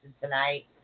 tonight